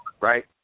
right